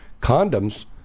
condoms